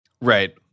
right